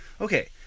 okay